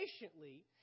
patiently